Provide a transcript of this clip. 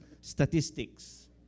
statistics